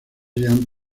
jean